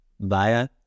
via